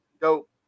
dope